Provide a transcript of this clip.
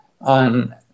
on